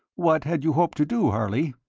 what had you hoped to do, harley?